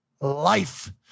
life